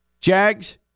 Jags